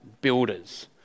builders